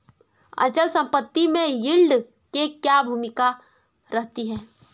अचल संपत्ति में यील्ड की क्या भूमिका रहती है?